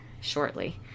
shortly